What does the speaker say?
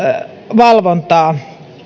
valvontaa